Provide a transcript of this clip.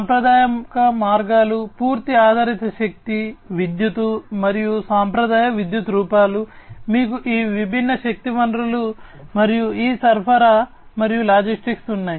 సాంప్రదాయిక మార్గాలు పూర్తి ఆధారిత శక్తి విద్యుత్ మరియు సాంప్రదాయ విద్యుత్ రూపాలు మీకు ఈ విభిన్న శక్తి వనరులు మరియు ఈ సరఫరా మరియు లాజిస్టిక్స్ ఉన్నాయి